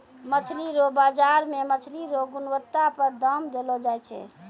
मछली रो बाजार मे मछली रो गुणबत्ता पर दाम देलो जाय छै